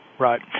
Right